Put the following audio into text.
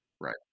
right